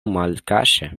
malkaŝe